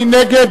מי נגד?